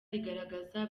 rigaragaza